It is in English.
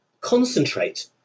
concentrate